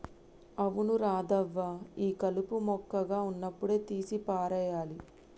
అవును రాధవ్వ ఈ కలుపు మొక్కగా ఉన్నప్పుడే తీసి పారేయాలి